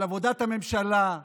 על עבודת הממשלה,